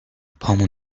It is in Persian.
پامو